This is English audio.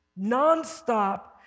nonstop